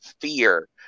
fear